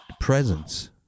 presence